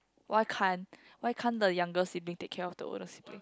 why can't why can't the younger sibling take care of the older sibling